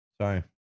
Sorry